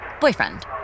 boyfriend